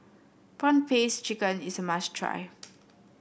prawn paste chicken is a must try